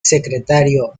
secretario